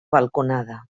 balconada